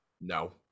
No